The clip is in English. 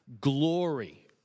glory